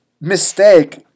mistake